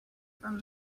from